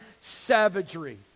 savagery